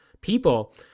people